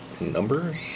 Numbers